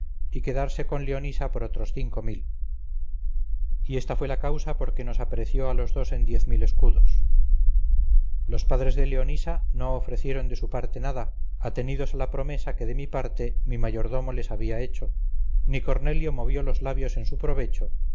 y quedarse con leonisa por otros cinco mil y ésta fue la causa por que nos apreció a los dos en diez mil escudos los padres de leonisa no ofrecieron de su parte nada atenidos a la promesa que de mi parte mi mayordomo les había hecho ni cornelio movió los labios en su provecho